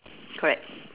correct